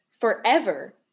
forever